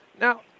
Now